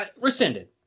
Rescinded